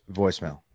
voicemail